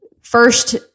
first